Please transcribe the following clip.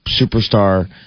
superstar